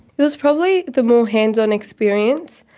it was probably the more hands-on experience.